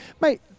mate